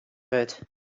wurdt